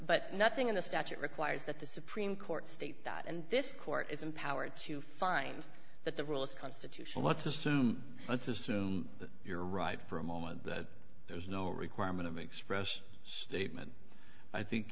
but nothing in the statute requires that the supreme court state that and this court is empowered to find that the rule is constitutional let's assume i just assume that you're right for a moment that there is no requirement to express statement i think